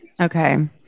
Okay